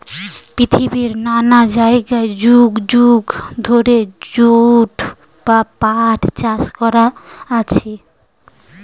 পৃথিবীর নানা জায়গায় যুগ যুগ ধরে জুট বা পাট চাষ হয়ে আসছে